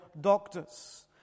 doctors